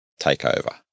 takeover